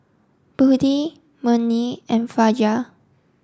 Budi Murni and Fajar